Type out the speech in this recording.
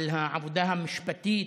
על העבודה המשפטית.